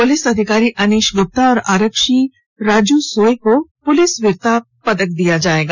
police अधिकारी अनीश गुप्ता और आरक्षी राजू सोय को पुलिस वीरता पदक दिया जायेगा